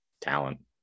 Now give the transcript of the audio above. talent